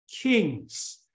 kings